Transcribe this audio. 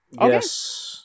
yes